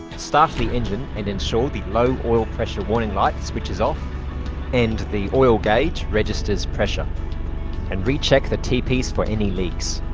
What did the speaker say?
start the engine and ensure the low oil pressure warning light switches off and the oil gauge registers pressure and recheck the tps for any leaks